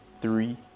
three